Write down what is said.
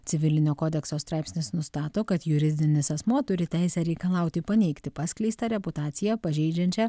civilinio kodekso straipsnis nustato kad juridinis asmuo turi teisę reikalauti paneigti paskleistą reputaciją pažeidžiančią